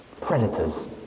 Predators